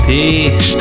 Peace